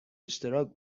اشتراک